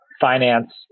finance